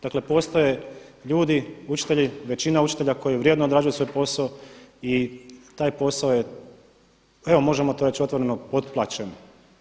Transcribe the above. Dakle, postoje ljudi, učitelji, većina učitelja koji vrijedno odrađuju svoj posao i taj posao je evo možemo to reći otvoreno potplaćen.